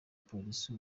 polisi